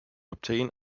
obtain